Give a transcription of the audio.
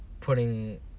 putting